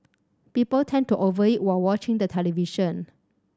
people tend to over eat while watching the television